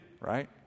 right